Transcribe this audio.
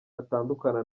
atandukana